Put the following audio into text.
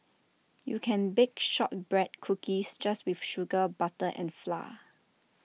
you can bake Shortbread Cookies just with sugar butter and flour